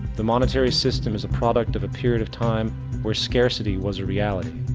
the monetary system is a product of a period of time where scarcity was a reality.